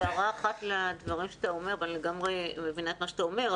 אני לגמרי מבינה את מה שאתה אומר,